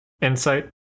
insight